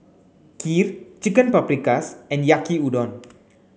Kheer Chicken Paprikas and Yaki Udon